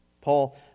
Paul